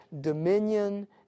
dominion